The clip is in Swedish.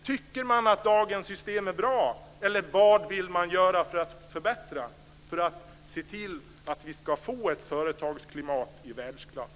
Tycker man att dagens system är bra, eller vad vill man göra för att förbättra, för att se till att vi får ett företagsklimat i världsklass?